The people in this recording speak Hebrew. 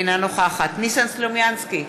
אינה נוכחת ניסן סלומינסקי,